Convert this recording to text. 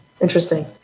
Interesting